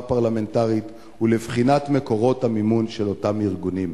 פרלמנטרית לבחינת מקורות המימון של אותם ארגונים.